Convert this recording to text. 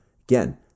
Again